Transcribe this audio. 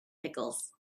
pickles